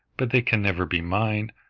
but they can never be mine.